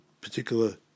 particular